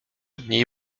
dni